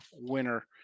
winner